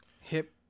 hip